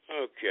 Okay